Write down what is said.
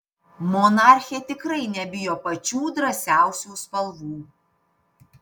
monarchė tikrai nebijo pačių drąsiausių spalvų